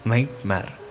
Nightmare